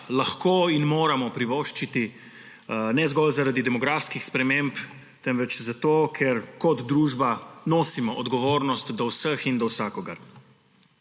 lahko in moramo privoščiti. Ne zgolj zaradi demografskih sprememb, temveč zato ker kot družba nosimo odgovornost do vseh in do vsakogar.